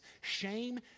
shame